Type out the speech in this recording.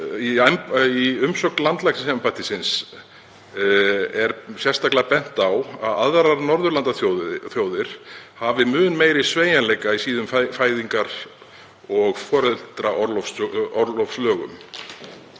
Í umsögn landlæknisembættisins er sérstaklega bent á að aðrar Norðurlandaþjóðir hafi mun meiri sveigjanleika í sínum fæðingar- og foreldraorlofslögum